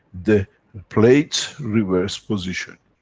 the plates reverse position.